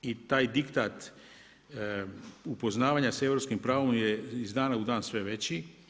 I taj diktat upoznavanja sa europskim pravom je iz dana u dan sve veći.